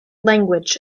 language